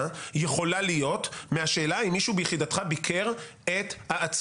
יכולה להיות מהשאלה אם מישהו ביחידתך ביקר את העצור.